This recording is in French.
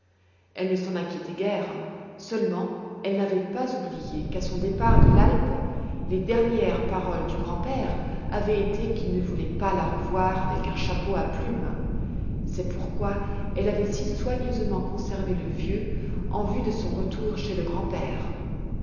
elle ne s'en inquiétait guère seulement elle n'avait pas oublié qu'à son départ de l'alpe les dernières paroles du grand-père avaient été qu'il ne voulait pas la revoir avec un chapeau à plumes c'est pourquoi elle avait si soigneusement conservé le vieux en vue de son retour chez le grand-père